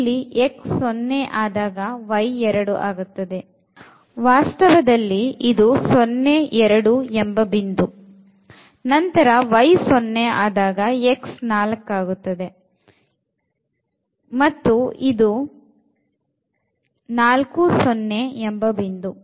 ಇಲ್ಲಿ x 0 ಆದಾಗ y 2 ಆಗುತ್ತದೆ ವಾಸ್ತವದಲ್ಲಿ ಇದು 02 ಎಂಬ ಬಿಂದು ನಂತರ y 0 ಆದಾಗ x 4 ಆಗುತ್ತದೆ ಮತ್ತು ಇದು40ಎಂಬ ಬಿಂದು